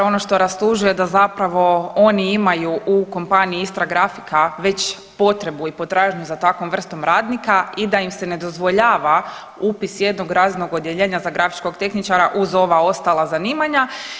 Ono što rastužuje da zapravo oni imaju u kompaniji Istragrafika već potrebu i potražnju za takvom vrstom radnika i da im se ne dozvoljava upis jednog razrednog odjeljenja za grafičkog tehničara uz ova ostala zanimanja.